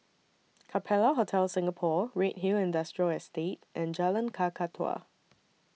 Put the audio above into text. Capella Hotel Singapore Redhill Industrial Estate and Jalan Kakatua